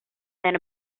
than